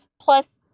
plus